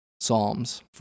Psalms